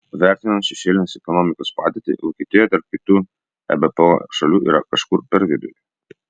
vertinant šešėlinės ekonomikos padėtį vokietija tarp kitų ebpo šalių yra kažkur per vidurį